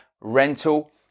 rental